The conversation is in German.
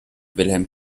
wilhelm